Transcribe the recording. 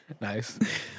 Nice